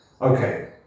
Okay